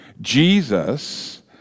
Jesus